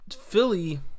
Philly